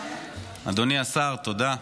אדוני השר, תודה.